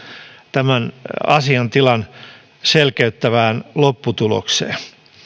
tämän asiaintilan selkeyttävään lopputulokseen